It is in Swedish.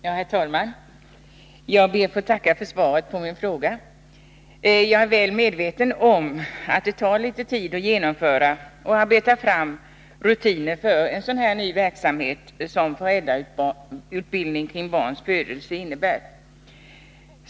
Herr talman! Jag ber att få tacka för svaret på min fråga. Jag är väl medveten om att det tar litet tid att genomföra och arbeta fram rutiner för en ny verksamhet som föräldrautbildning kring barns födelse.